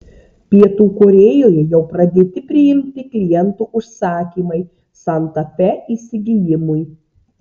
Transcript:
pietų korėjoje jau pradėti priimti klientų užsakymai santa fe įsigijimui